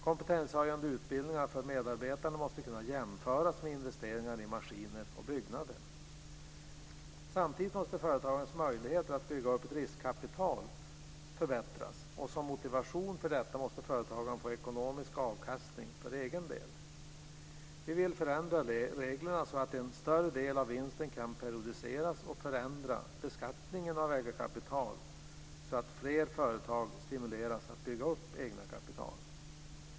Kompetenshöjande utbildningar för medarbetare måste kunna jämföras med investeringar i maskiner och byggnader. Samtidigt måste företagens möjligheter att bygga upp riskkapital förbättras. Som motivation för detta måste företagaren få ekonomisk avkastning för egen del. Vi vill förändra reglerna, så att en större del av vinsten kan periodiseras, och förändra beskattningen av eget kapital, så att fler företag stimuleras att bygga upp egna kapital.